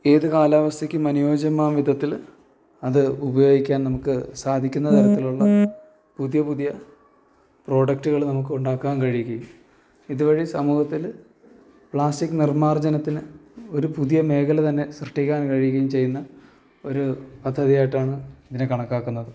ഏത് കാലാവസ്ഥക്കും അനുയോജ്യമാം വിധത്തില് അത് ഉപയോഗിക്കാൻ നമുക്ക് സാധിക്കുന്നതരത്തിലുള്ള പുതിയപുതിയ പ്രോഡക്ടുകൾ നമുക്ക് ഉണ്ടാക്കാൻ കഴിയുകയും ഇതുവഴി സമൂഹത്തില് പ്ലാസ്റ്റിക് നിർമാർജനത്തിന് ഒരു പുതിയ മേഖലതന്നെ സൃഷ്ടിക്കാൻ കഴിയുകയും ചെയ്യുന്ന ഒരു പദ്ധതിയായിട്ടാണ് ഇതിനെ കണക്കാക്കുന്നത്